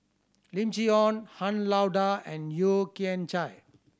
Lim Chee Onn Han Lao Da and Yeo Kian Chai